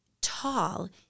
tall